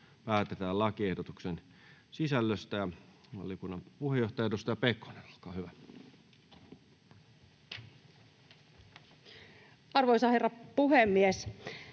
päätetään lakiehdotusten sisällöstä. — Valiokunnan puheenjohtaja, edustaja Pekonen, olkaa hyvä. [Speech 191] Speaker: